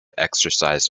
exercise